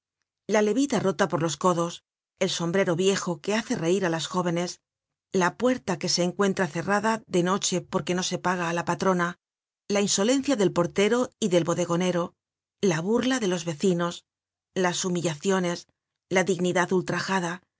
la levita rota por los codos el sombrero viejo que hace reir á las jóvenes la puerta que se encuentra cerrada de noche porque no se paga á la patrona la insolencia del portero y del bodegonero la burla delos vecinos las humillaciones la dignidad ultrajada